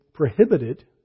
prohibited